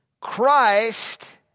Christ